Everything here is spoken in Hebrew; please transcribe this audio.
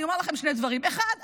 אני אומר לכם שני דברים: האחד,